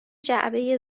جعبه